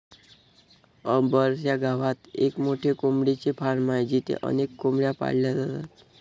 अंबर च्या गावात एक मोठे कोंबडीचे फार्म आहे जिथे अनेक कोंबड्या पाळल्या जातात